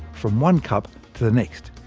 from one cup to the next.